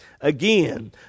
Again